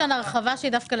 יש כאן הרחבה שהיא דווקא לטובה.